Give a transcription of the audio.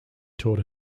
taught